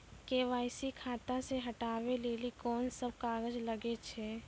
KYC खाता से हटाबै लेली कोंन सब कागज लगे छै?